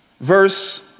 Verse